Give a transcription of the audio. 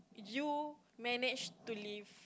you manage to live